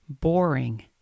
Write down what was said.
boring